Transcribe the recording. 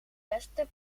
beste